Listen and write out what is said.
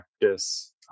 practice